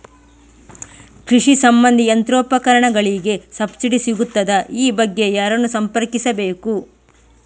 ಕೃಷಿ ಸಂಬಂಧಿ ಯಂತ್ರೋಪಕರಣಗಳಿಗೆ ಸಬ್ಸಿಡಿ ಸಿಗುತ್ತದಾ? ಈ ಬಗ್ಗೆ ಯಾರನ್ನು ಸಂಪರ್ಕಿಸಬೇಕು?